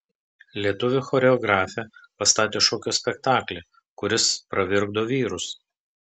lietuvių choreografė pastatė šokio spektaklį kuris pravirkdo vyrus